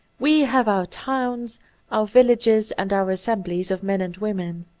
we have our towns, our villages, and our assemblies of men and women.